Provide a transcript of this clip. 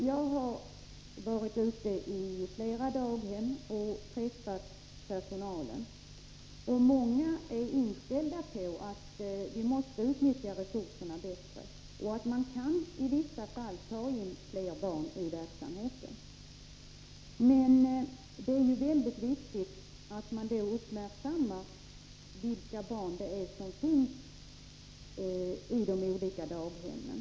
Jag har varit ute i flera daghem och träffat personalen, och många är inställda på att vi måste utnyttja resurserna bättre och att man i vissa fall kan ta in fler barn i verksamheten. Men det är ju väldigt viktigt att man då uppmärksammar vilka barn det är som finns i de olika daghemmen.